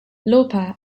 lauper